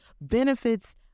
benefits